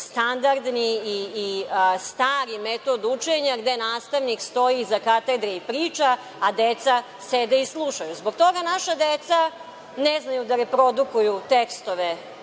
standardni i stari metod učenja, gde nastavnik stoji iza katedre i priča, a deca sede i slušaju. Zbog toga naša deca ne znaju da reprodukuju tekstove